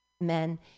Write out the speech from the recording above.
Men